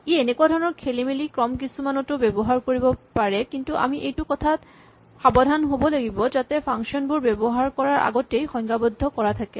ই এনেকুৱা ধৰণৰ খেলিমেলি ক্ৰম কিছুমানটো ব্যৱহাৰ কৰিব পাৰে কিন্তু আমি এইটো কথাত সাৱধান হ'ব লাগিব যাতে ফাংচন বোৰ ব্যৱহাৰ কৰাৰ আগতেই সংজ্ঞাবদ্ধ কৰা থাকে